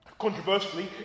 Controversially